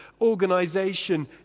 organization